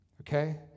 Okay